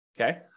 Okay